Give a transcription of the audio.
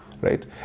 right